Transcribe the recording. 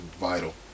vital